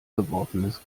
geworfenes